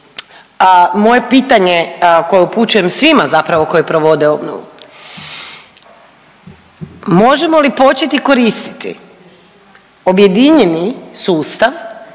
moje pitanje koje upućujem svima zapravo koji provode obnovu, možemo li početi koristiti objedinjeni sustav